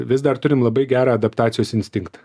vis dar turim labai gerą adaptacijos instinktą